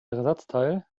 ersatzteil